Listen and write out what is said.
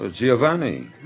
Giovanni